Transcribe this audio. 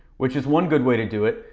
which is one good way to do it.